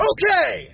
Okay